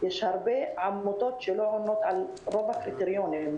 יש הרבה עמותות שלא עונות על רוב הקריטריונים,